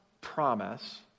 promise